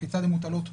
כיצד הן מוטלות,